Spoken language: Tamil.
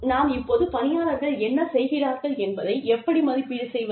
நாம் இப்போது பணியாளர்கள் என்ன செய்கிறார்கள் என்பதை எப்படி மதிப்பீடு செய்வது